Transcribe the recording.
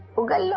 okay?